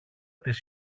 της